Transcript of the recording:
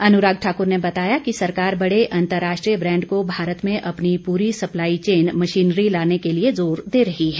अनुराग ठाकुर ने बताया कि सरकार बड़े अंतर्राष्ट्रीय ब्रैंड को भारत में अपनी पूरी सप्लाई चेन मशीनरी लाने के लिए ज़ोर दे रही है